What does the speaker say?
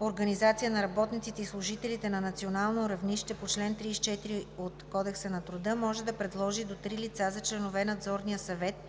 организация на работниците и служителите на национално равнище по чл. 34 от КТ може да предложи до три лица за членове на надзорния съвет,